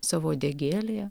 savo uodegėlėje